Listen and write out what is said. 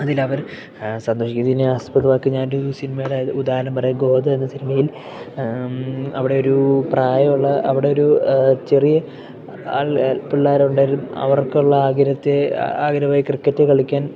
അതിലവർ സന്തോഷിക്കുന്നു ഇതിനെ ആസ്പദവാക്കി ഞാനൊരു സിനിമയുടെ ഉദാഹരണം പറയാം ഗോധ എന്ന സിനിമയിൽ അവിടെയൊരു പ്രായമുള്ള അവിടൊരു ചെറിയ ആൾ പിള്ളേരുണ്ടെങ്കിലും അവർക്കുള്ള ആഗ്രഹത്തെ ആഗ്രഹമായി ക്രിക്കറ്റ് കളിക്കാൻ